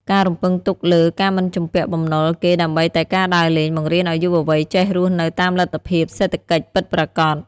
ការរំពឹងទុកលើ "ការមិនជំពាក់បំណុលគេដើម្បីតែការដើរលេង" បង្រៀនឱ្យយុវវ័យចេះរស់នៅតាមលទ្ធភាពសេដ្ឋកិច្ចពិតប្រាកដ។